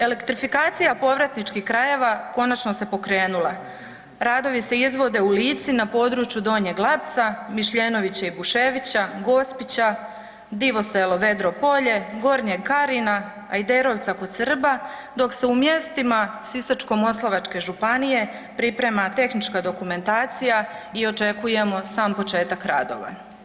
Elektrifikacija povratničkih krajeva konačno se pokrenula, radovi se izvode u Lici na području Donjeg Lapca, Mišljenovića i Buševića, Gospića, Divoselo, Vedro Polje, Gornjeg Karina, Ajderovca kod Srba dok se u mjestima Sisačko-moslavačke županije priprema tehnička dokumentacija i očekujemo sam početak radova.